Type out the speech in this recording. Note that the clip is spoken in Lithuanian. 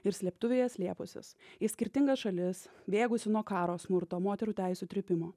ir slėptuvėje slėpusis į skirtingas šalis bėgusi nuo karo smurto moterų teisių trypimo